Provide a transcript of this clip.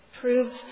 proved